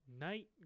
night